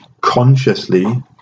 consciously